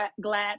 glad